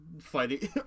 fighting